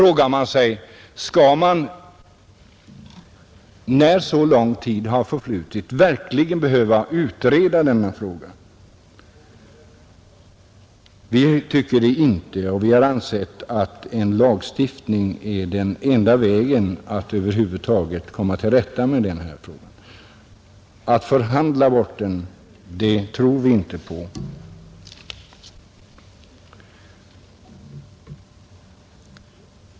Skall man då, när så lång tid förflutit, verkligen behöva utreda denna fråga? Vi tycker inte det, utan vi har ansett att en lagstiftning är den enda vägen att över huvud taget komma till rätta med frågan. Möjligheten att förhandla bort denna paragraf tror vi inte på.